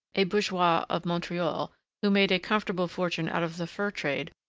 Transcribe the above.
a bourgeois of montreal who made a comfortable fortune out of the fur trade,